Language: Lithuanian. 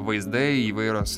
vaizdai įvairios